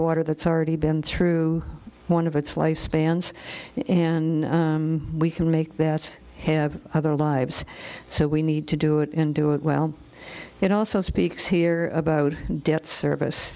water that's already been through one of it's life spans and we can make that have other lives so we need to do it and do it well it also speaks here about debt service